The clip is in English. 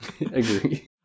agree